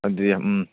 ꯑꯗꯨꯗꯤ ꯎꯝ